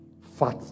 fat